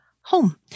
home